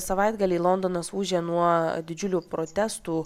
savaitgalį londonas ūžė nuo didžiulių protestų